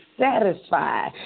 satisfied